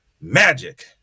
magic